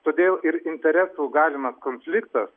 todėl ir interesų galimas konfliktas